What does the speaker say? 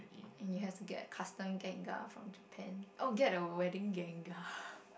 and you have to get custom gengar from Japan oh get a wedding gengar